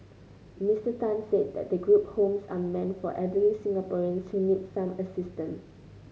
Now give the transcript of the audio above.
Mister Tan said the group homes are meant for elderly Singaporeans who need some assistance